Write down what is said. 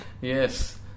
Yes